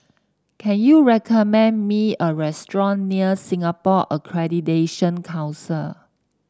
can you recommend me a restaurant near Singapore Accreditation Council